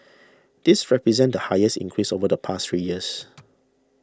this represents the highest increase over the past three years